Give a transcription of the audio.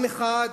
עם אחד